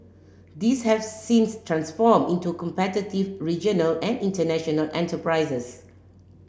these have since transformed into competitive regional and international enterprises